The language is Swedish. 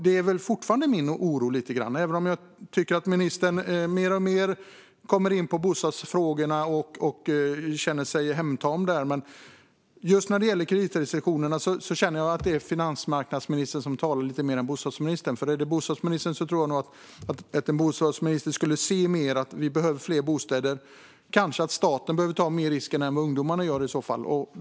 Detta är fortfarande min oro, även om jag tycker att ministern mer och mer kommer in på bostadsfrågorna och känner sig hemtam där. Just när det gäller kreditrestriktionerna känner jag att det är finansmarknadsministern som talar lite mer än bostadsministern. Jag tror att en bostadsminister skulle se mer att vi behöver fler bostäder och att staten kanske behöver ta risken mer än vad ungdomarna gör.